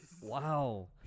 Wow